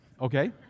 okay